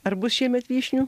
ar bus šiemet vyšnių